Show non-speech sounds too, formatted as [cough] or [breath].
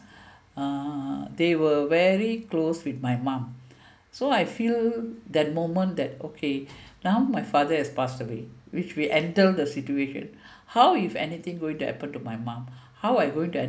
[breath] uh they were very close with my mum so I feel that moment that okay now my father has passed away which we endure the situation how if anything going to happen to my mom how I going to